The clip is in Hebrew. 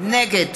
נגד